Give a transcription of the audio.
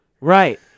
Right